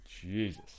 Jesus